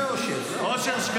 --- באושר.